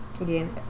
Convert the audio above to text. Again